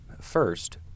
First